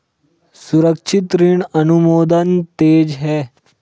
सुरक्षित ऋण अनुमोदन तेज है